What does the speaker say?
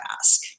ask